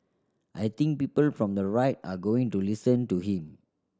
I think people from the right are going to listen to him